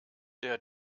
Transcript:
der